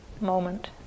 moment